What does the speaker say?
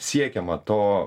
siekiama to